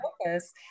focus